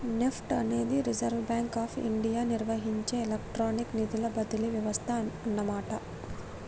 NEFT అనేది reserve bank of India నిర్వహించే electronic నిధుల బదిలీ వ్యవస్థ అన్నమాట